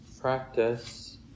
practice